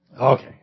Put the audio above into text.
Okay